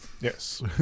Yes